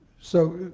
so